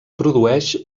produeix